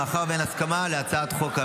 מאחר שאין הסכמה להצעת החוק המדוברת.